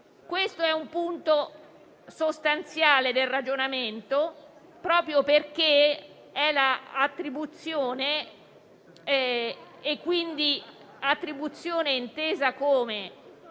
Questo è un punto sostanziale del ragionamento: l'attribuzione intesa come